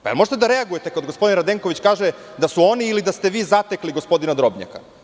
Da li možete da reagujete kad gospodin Radenković kaže da su oni ili da ste vi zatekli gospodina Drobnjaka.